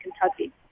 Kentucky